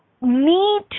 need